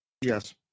Yes